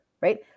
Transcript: right